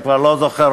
אני כבר לא זוכר,